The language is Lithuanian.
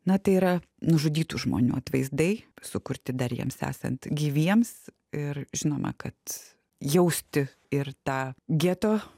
na tai yra nužudytų žmonių atvaizdai sukurti dar jiems esant gyviems ir žinoma kad jausti ir tą geto